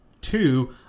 Two